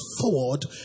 forward